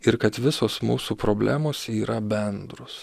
ir kad visos mūsų problemos yra bendros